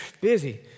busy